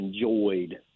enjoyed